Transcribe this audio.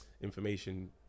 information